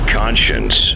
conscience